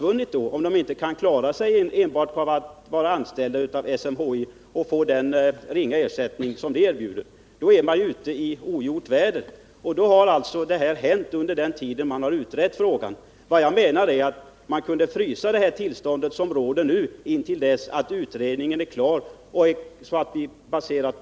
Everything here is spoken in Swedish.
Nr 32 att de under tiden inte har kunnat klara sig enbart på att vara anställda hos Tisdagen den SMHI och få den ringa ersättning som det jobbet erbjuder då är man ju utei 20 november 1979 ogjort väder. Under den tid man utrett frågan har man förlorat kunnig personal. Om bemanningen Jag menar att man kunde frysa det tillstånd som nu råder intill dess att av fyrar m.m. utredningen är klar.